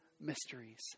mysteries